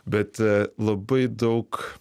bet labai daug